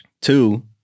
two